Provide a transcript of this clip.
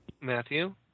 Matthew